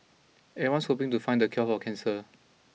everyone's hoping to find the cure for cancer